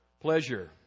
pleasure